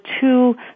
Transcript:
two